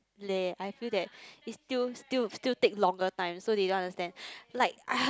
leh I feel that it still still still take longer time so they don't understand like I